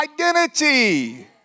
identity